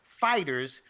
fighters